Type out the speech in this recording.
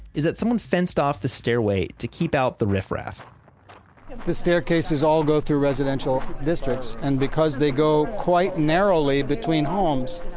is that someone fenced off the stairway to keep out the riffraff the staircases all go through residential districts, and because they go quite narrowly between homes,